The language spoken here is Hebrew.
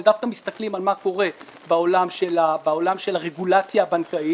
זה דווקא מסתכלים על מה קורה בעולם של הרגולציה הבנקאית,